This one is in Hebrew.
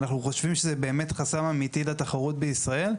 ואנחנו חושבים שזה באמת חסם אמיתי לתחרות בישראל.